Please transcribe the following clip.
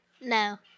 No